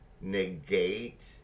negate